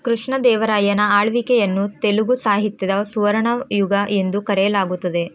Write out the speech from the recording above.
ಕೃಷ್ಣದೇವರಾಯನ ಆಳ್ವಿಕೆಯನ್ನು ತೆಲುಗು ಸಾಹಿತ್ಯದ ಸುವರ್ಣ ಯುಗ ಎಂದು ಕರೆಯಲಾಗುತ್ತದೆ